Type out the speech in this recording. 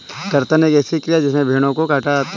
कर्तन एक ऐसी क्रिया है जिसमें भेड़ों को काटा जाता है